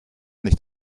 nicht